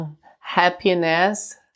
Happiness